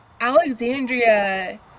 Alexandria